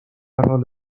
حال